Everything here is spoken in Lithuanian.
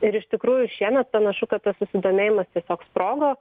ir iš tikrųjų šiemet panašu kad tas susidomėjimas tiesiog sprogo